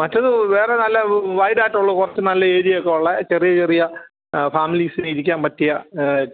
മറ്റത് വേറെ നല്ല വൈഡായിട്ടുള്ള കുറച്ച് നല്ല ഏരിയ ഒക്കെയുള്ള ചെറിയ ചെറിയ ഫാമിലീസിന് ഇരിക്കാൻ പറ്റിയ